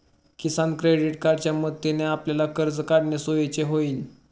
किसान credit कार्डच्या मदतीने आपल्याला कर्ज काढणे सोयीचे होईल